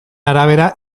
arabera